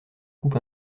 coupe